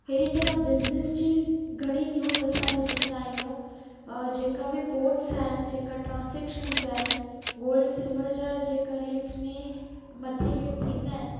अहिड़ी तरह बिजनिस जी घणी न्यूज़ असां विझंदा आहियूं जे का बि पोट्स आहिनि जे का ट्रासिक्शन्स आहिनि गोल्ड्स सिल्वर जा जे का रेट्स में मथे हेठि थींदा आइन